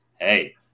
Hey